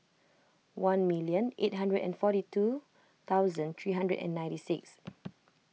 one million eight hundred and forty two thousand three hundred and ninety six